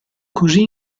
così